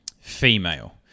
female